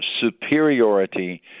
superiority